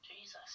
Jesus